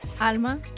Alma